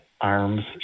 arms